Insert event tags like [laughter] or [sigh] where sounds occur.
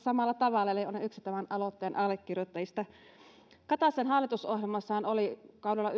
[unintelligible] samalla tavalla eli olen yksi tämän aloitteen allekirjoittajista kataisen hallitusohjelmassahan oli kaudella [unintelligible]